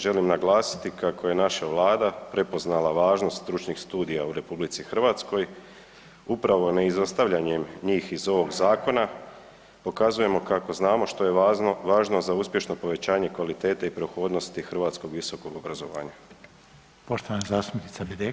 Želim naglasiti kako je naša Vlada prepoznala važnost stručnih studija u RH upravo neizostavljanjem njih iz ovog zakona pokazujemo kako znamo što je važno za uspješno povećanje kvalitete i prohodnosti hrvatskog visokog obrazovanja.